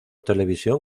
televisión